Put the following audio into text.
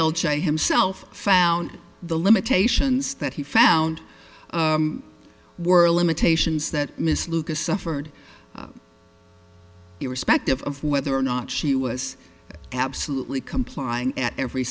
l j himself found the limitations that he found were limitations that miss lucas suffered irrespective of whether or not she was absolutely complying at every